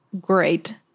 great